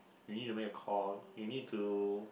you need to make a call you need to